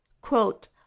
Quote